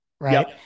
right